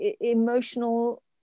emotional